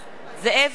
זאב אלקין,